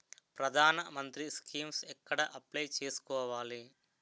ప్రధాన మంత్రి స్కీమ్స్ ఎక్కడ అప్లయ్ చేసుకోవాలి?